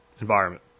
environment